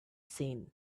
seen